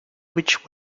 which